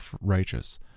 righteous